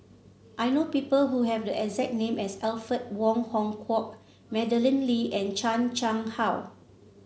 I know people who have the exact name as Alfred Wong Hong Kwok Madeleine Lee and Chan Chang How